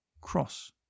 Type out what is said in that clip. Cross